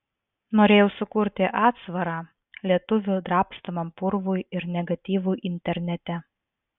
norėjau sukurti atsvarą lietuvių drabstomam purvui ir negatyvui internete